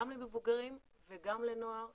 גם למבוגרים וגם לנוער,